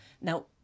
Now